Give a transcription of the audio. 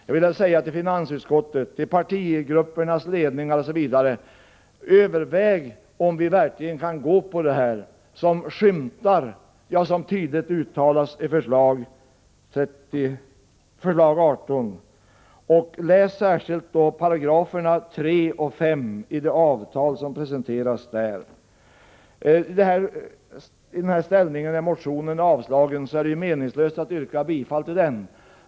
Jag vill säga till finansutskottets ledamöter, till partigruppernas ledning: Överväg om vi verkligen kan acceptera det som tydligt uttalas i förslag 18. Läs särskilt 3 och 5 §§ i det avtal som där presenteras. Eftersom yrkandet i motionen har blivit avstyrkt, är det meningslöst att yrka bifall till det.